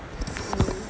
mm